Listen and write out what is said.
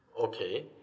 okay